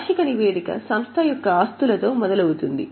వార్షిక నివేదిక సంస్థ యొక్క ఆస్తులతో మొదలవుతుంది